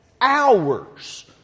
hours